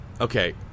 Okay